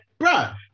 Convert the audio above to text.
Bruh